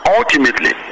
Ultimately